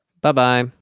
bye-bye